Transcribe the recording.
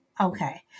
Okay